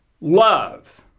love